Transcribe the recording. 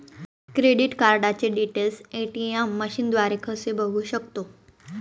Credit कार्डचे details ATM मशीनद्वारे कसे बघू शकतो?